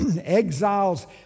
exiles